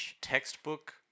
Textbook